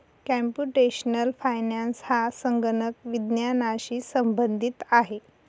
computational finance हा संगणक विज्ञानाशी संबंधित आहे